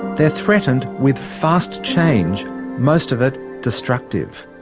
they're threatened with fast change most of it destructive.